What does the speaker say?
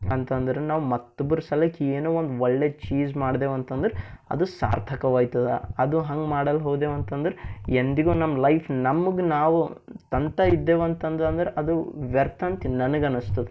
ಅಂತಂದ್ರೆ ನಾವು ಮತ್ತೊಬ್ರ ಸಲಕ್ಕ ಏನೋ ಒಂದು ಒಳ್ಳೆಯ ಚೀಸ್ ಮಾಡ್ದೇವು ಅಂತಂದ್ರೆ ಅದು ಸಾರ್ಥಕವಾಯ್ತದೆ ಅದು ಹಂಗೆ ಮಾಡಲು ಹೋದೇವ ಅಂತಂದ್ರೆ ಎಂದಿಗೂ ನಮ್ಮ ಲೈಫ್ ನಮಗೆ ನಾವು ತಂತ ಇದೇವ ಅಂತಂದ್ರೆ ಅದು ವ್ಯರ್ಥ ಅಂತ ನನಗೆ ಅನ್ಸ್ತದೆ